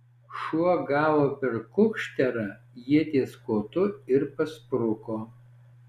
šuo gavo per kukšterą ieties kotu ir paspruko